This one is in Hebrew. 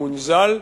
המונזל,